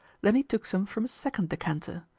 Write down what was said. then he took some from a second decanter.